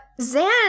Zan